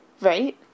right